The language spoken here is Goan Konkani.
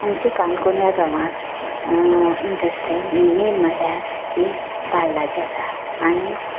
आमच्या काणकोण ह्या गांवांत इंड्रस्ट्री मेन म्हणल्यार ती तांदळाची आसा आनी